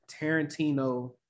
Tarantino